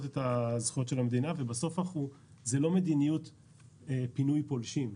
את הזכויות של המדינה ובסוף אנחנו זה לא מדיניות פינוי פולשים,